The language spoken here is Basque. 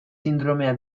sindromea